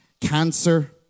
cancer